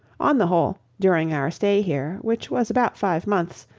on the whole, during our stay here, which was about five months,